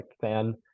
fan